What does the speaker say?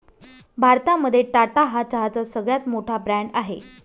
भारतामध्ये टाटा हा चहाचा सगळ्यात मोठा ब्रँड आहे